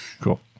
cool